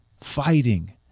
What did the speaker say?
fighting